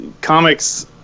comics